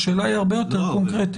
השאלה היא הרבה יותר קונקרטית.